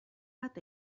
bat